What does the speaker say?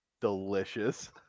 delicious